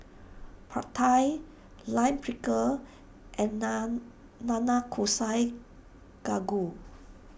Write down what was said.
Pad Thai Lime Pickle and Nanakusa Gayu